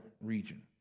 region